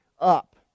up